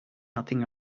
nothing